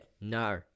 No